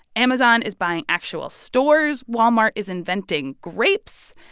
amazon is buying actual stores. walmart is inventing grapes.